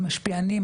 משפיענים,